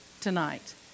tonight